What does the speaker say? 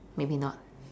maybe not